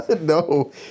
no